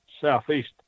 southeast